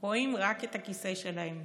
רואים רק את הכיסא שלהם.